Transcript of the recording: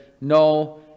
no